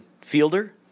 Fielder